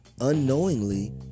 unknowingly